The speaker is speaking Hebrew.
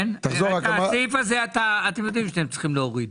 את הסעיף הזה אתם יודעים שאתם צריכים להוריד.